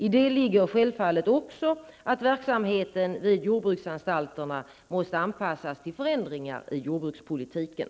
I det ligger självfallet också att verksamheten vid jordbruksanstalterna måste anpassas till förändringar i jordbrukspolitiken.